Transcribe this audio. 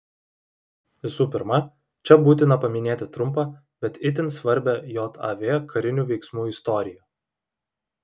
visų pirma čia būtina paminėti trumpą bet itin svarbią jav karinių veiksmų istoriją